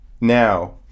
Now